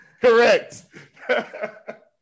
correct